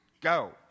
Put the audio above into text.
go